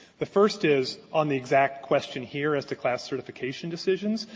the first is, on the exact question here as to class certification decisions,